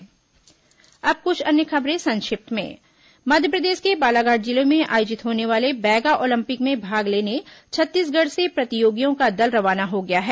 संक्षिप्त समाचार अब कुछ अन्य खबरें संक्षिप्त में मध्यप्रदेश के बालाघाट जिले में आयोजित होने वाले बैगा ओलंपिक में भाग लेने छत्तीसगढ़ से प्रतियोगियों का दल रवाना हो गया है